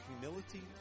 humility